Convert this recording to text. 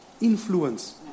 influence